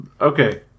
okay